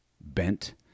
bent